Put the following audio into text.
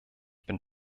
bin